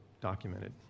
documented